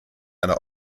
eine